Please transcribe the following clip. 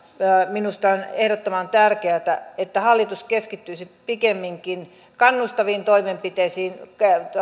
minusta on ehdottoman tärkeätä että hallitus keskittyisi pikemminkin kannustaviin toimenpiteisiin